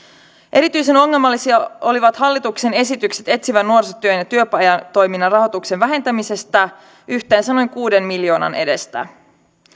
erityisen ongelmallisia olivat hallituksen esitykset etsivän nuorisotyön ja työpajatoiminnan rahoituksen vähentämisestä yhteensä noin kuuden miljoonan edestä